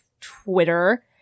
Twitter